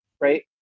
right